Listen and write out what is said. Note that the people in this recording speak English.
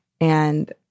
And-